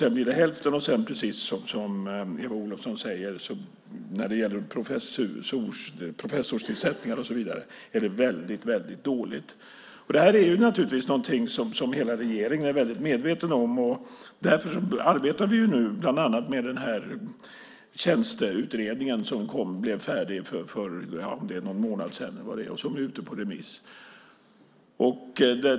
Sedan blir de hälften, och när det gäller professorer är andelen väldigt låg. Det är naturligtvis något som hela regeringen är mycket medveten om, och därför arbetar vi nu bland annat med Tjänsteutredningen. Den blev färdig för någon månad sedan och är nu ute på remiss.